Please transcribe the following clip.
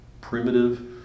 primitive